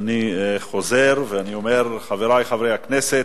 אני חוזר ואני אומר: חברי חברי הכנסת,